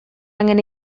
angen